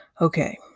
Okay